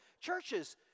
Churches